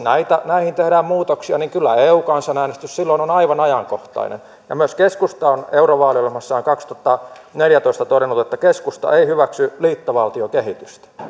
näihin tehdään muutoksia kyllä eu kansanäänestys silloin on aivan ajankohtainen ja myös keskusta on eurovaaliohjelmassaan kaksituhattaneljätoista todennut että keskusta ei hyväksy liittovaltiokehitystä ei